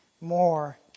more